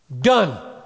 Done